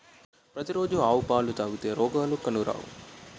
పతి రోజు ఆవు పాలు తాగితే రోగాలు కానరావు